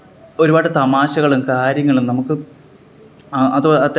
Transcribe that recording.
ഒരുപാട് തമാശകളും കാര്യങ്ങളും നമുക്ക് അത് അത്തരത്തില്